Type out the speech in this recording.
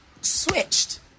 switched